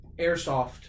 airsoft